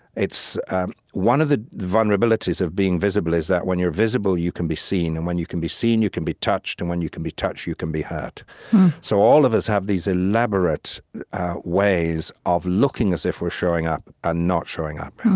one of the vulnerabilities of being visible is that when you're visible, you can be seen and when you can be seen, you can be touched and when you can be touched, you can be hurt so all of us have these elaborate ways of looking as if we're showing up and not showing up.